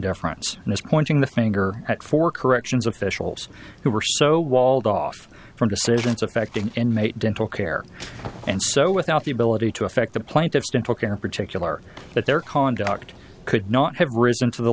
indifference and is pointing the finger at four corrections officials who were so walled off from decisions affecting inmate dental care and so without the ability to affect the plaintiff's dental care particular that their conduct could not have risen to the